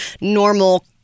normal